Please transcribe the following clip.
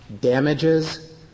Damages